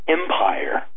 empire